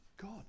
God